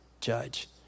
judge